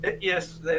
Yes